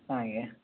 ଆଜ୍ଞା